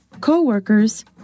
co-workers